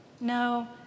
No